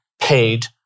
paid